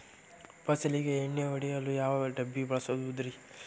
ಫಸಲಿಗೆ ಎಣ್ಣೆ ಹೊಡೆಯಲು ಯಾವ ಡಬ್ಬಿ ಬಳಸುವುದರಿ?